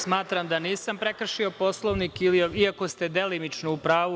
Smatram da nisam prekršio Poslovnik, iako ste delimično u pravu.